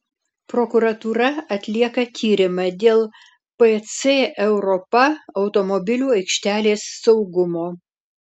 prokuratūra atlieka tyrimą dėl pc europa automobilių aikštelės saugumo